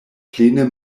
plene